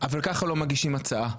אבל ככה לא מגישים הצעה,